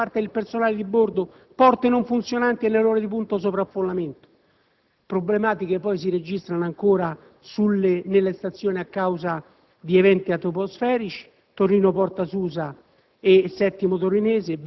totale mancanza di controllo da parte del personale di bordo; porte non funzionanti nelle ore di punta o sovraffollamento. Problematiche poi si registrano ancora nelle stazioni a causa di eventi atmosferici. Le stazioni